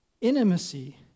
intimacy